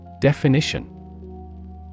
Definition